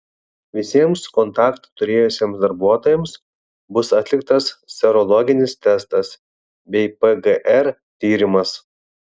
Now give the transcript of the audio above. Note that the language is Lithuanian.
visiems kontaktą turėjusiems darbuotojams bus atliktas serologinis testas bei pgr tyrimas